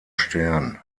stern